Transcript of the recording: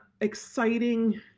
exciting